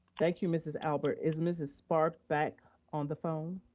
thank you, mrs. albert. is mrs. spar back on the phone?